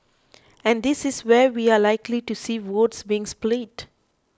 and this is where we are likely to see votes being split